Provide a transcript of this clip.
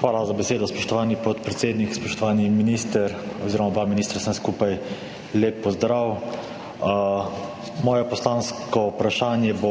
Hvala za besedo, spoštovani podpredsednik. Spoštovani minister oziroma oba ministra, vsem skupaj lep pozdrav! Moje poslansko vprašanje bo